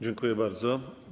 Dziękuję bardzo.